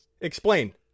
explain